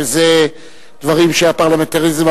שזה דברים שהפרלמנטריזם,